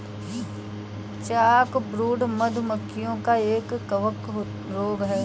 chalkbrood, मधु मक्खियों का एक कवक रोग है